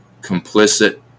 complicit